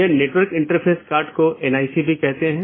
दूसरे अर्थ में यह ट्रैफिक AS पर एक लोड है